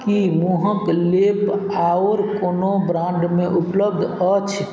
कि मुँहके लेप आओर कोनो ब्राण्डमे उपलब्ध अछि